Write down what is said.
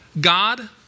God